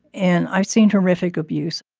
and i've seen horrific abuse.